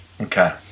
okay